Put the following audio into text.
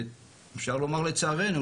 אפשר לומר לצערנו,